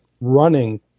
running